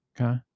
Okay